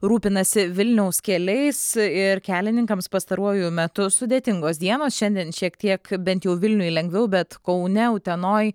rūpinasi vilniaus keliais ir kelininkams pastaruoju metu sudėtingos dienos šiandien šiek tiek bent jau vilniuj lengviau bet kaune utenoj